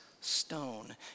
stone